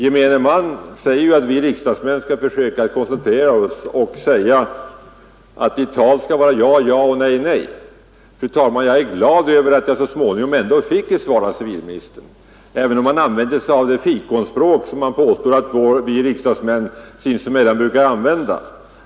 Gemene man säger ju att vi riksdagsmän skall försöka koncentrera oss och att vårt tal skall vara ja, ja eller nej, nej. Men jag är glad över att jag ändå fick ett svar av civilministern, även om han begagnade sig av det fikonspråk som det påstås att vi riksdagsmän sinsemellan brukar använda.